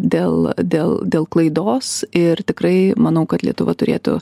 dėl dėl dėl klaidos ir tikrai manau kad lietuva turėtų